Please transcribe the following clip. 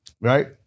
Right